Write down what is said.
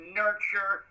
nurture